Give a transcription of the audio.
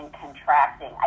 contracting